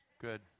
Good